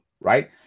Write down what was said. right